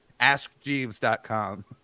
AskJeeves.com